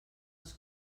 els